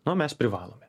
nu mes privalome